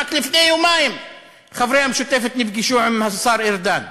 רק לפני יומיים חברי המשותפת נפגשו עם השר ארדן.